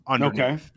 okay